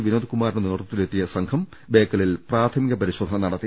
വിനോദ്കുമാറിന്റെ നേതൃത്വത്തിലെ ത്തിയ സംഘം പ്രാഥമിക പരിശോധന നടത്തി